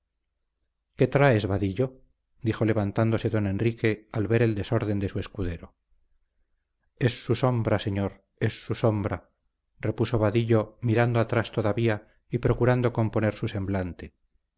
qué traes vadillo dijo levantándose don enrique al ver el desorden de su escudero es su sombra señor es su sombra repuso vadillo mirando atrás todavía y procurando componer su semblante